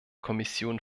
kommission